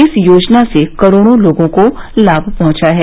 इस योजना से करोडों लोगों को लाभ पहंचा है